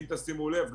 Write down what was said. אם תשימו לב,